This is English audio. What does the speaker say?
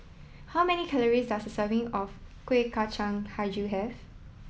how many calories does a serving of Kuih Kacang Hijau have